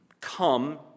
come